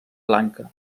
lanka